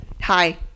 Hi